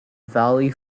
valley